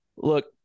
look